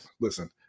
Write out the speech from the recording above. listen